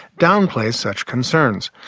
downplays such concerns.